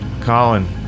Colin